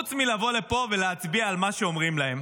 חוץ מלבוא לפה ולהצביע על מה שאומרים להם.